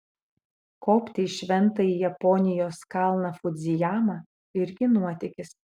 kopti į šventąjį japonijos kalną fudzijamą irgi nuotykis